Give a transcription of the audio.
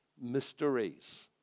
mysteries